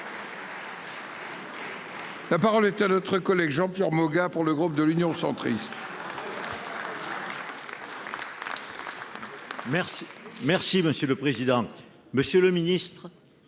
La parole est à notre collègue Jean-Pierre Moga, pour le groupe de l'Union centriste. Merci, merci, Monsieur le président, Monsieur le Ministre